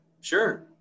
Sure